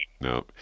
no